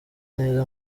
neza